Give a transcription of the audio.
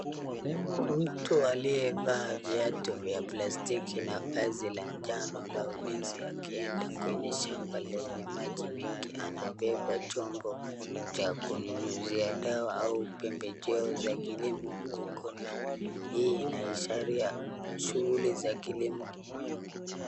Mtu aliyevaa viatu vya plastiki na vazi la jano la ulinzi akienda kwenye shamba lenye maji mingi. Anabeba chombo cha kunyunyuzia dawa au pembejeo za kilimo mgongo. Hii inaashiria shughuli za kilimo.